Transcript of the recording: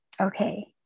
Okay